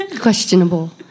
Questionable